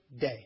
day